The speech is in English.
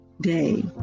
day